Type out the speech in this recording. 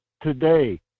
Today